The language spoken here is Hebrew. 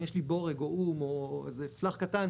אם יש לי בורג או אום או איזה פלח קטן,